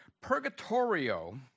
Purgatorio